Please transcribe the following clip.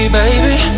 baby